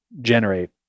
generate